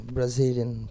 Brazilian